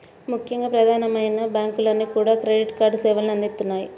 ముఖ్యంగా ప్రధానమైన బ్యాంకులన్నీ కూడా క్రెడిట్ కార్డు సేవల్ని అందిత్తన్నాయి